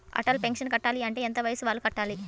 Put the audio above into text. Atal pension కట్టాలి అంటే ఎంత వయసు వాళ్ళు కట్టాలి?